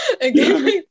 again